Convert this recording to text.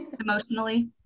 Emotionally